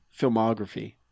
filmography